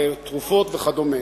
תרופות וכדומה.